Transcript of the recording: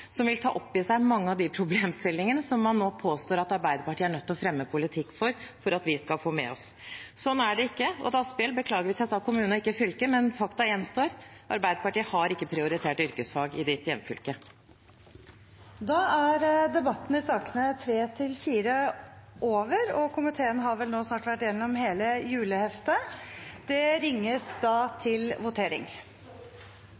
som vil ta opp i seg mange av de problemstillingene som han nå påstår at Arbeiderpartiet er nødt til å fremme politikk for, for at vi skal få med oss. Sånn er det ikke. Jeg beklager til representanten Asphjell hvis jeg sa kommune og ikke fylke, men fakta gjenstår: Arbeiderpartiet har ikke prioritert yrkesfag i hans hjemfylke. Flere har ikke bedt om ordet til sakene nr. 3 og 4, og komiteen har vel nå snart vært igjennom hele juleheftet.